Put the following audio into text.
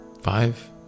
Five